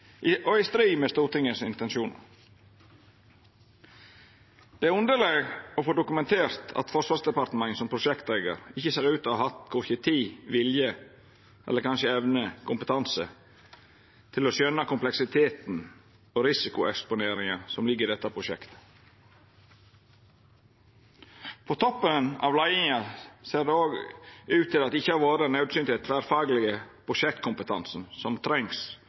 og i strid med Stortingets intensjonar. Det er underleg å få dokumentert at Forsvarsdepartementet som prosjekteigar ikkje ser ut til å ha hatt korkje tid, vilje eller kanskje evne og kompetanse til å skjøna kompleksiteten og risikoeksponeringa som ligg i dette prosjektet. På toppen av leiinga ser det òg ut til at det ikkje har vore den naudsynte tverrfaglege prosjektkompetansen som trengst, eller den erfaringa og ansvarskjensla som